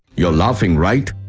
you're laughing, right?